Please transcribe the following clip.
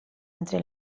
entre